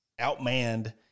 outmanned